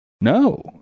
No